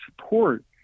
support